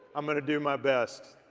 i'm gonna do my best.